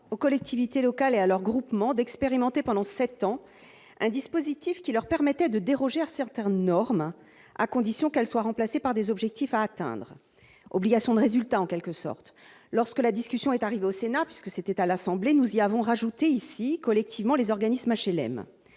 aux collectivités locales et à leur groupement d'expérimenter pendant 7 ans, un dispositif qui leur permettait de déroger à certaines normes, à condition qu'elles soient remplacées par des objectifs à atteindre, obligation de résultat en quelque sorte, lorsque la discussion est arrivée au Sénat puisque c'était à l'assemblée, nous y avons rajouté ici collectivement les organismes HLM,